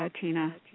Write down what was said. Tina